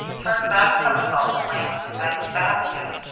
turned a back somersault and landed in bettie's basket.